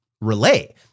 relay